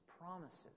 promises